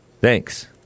Thanks